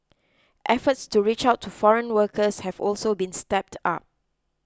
efforts to reach out to foreign workers have also been stepped up